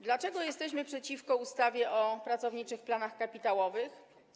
Dlaczego jesteśmy przeciwko ustawie o pracowniczych planach kapitałowych?